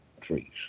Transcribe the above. trees